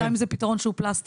גם אם זה פתרון שהוא פלסטר.